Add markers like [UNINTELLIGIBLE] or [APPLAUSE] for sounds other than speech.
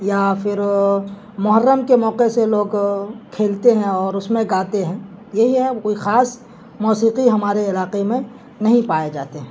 یا پھر محرم کے موقعے سے لوگ کھیلتے ہیں اور اس میں گاتے ہیں یہی ہے [UNINTELLIGIBLE] کوئی خاص موسیقی ہمارے علاقے میں نہیں پائے جاتے ہیں